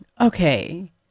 okay